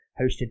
hosted